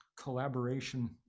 collaboration